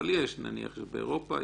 אבל יש יש באירופה,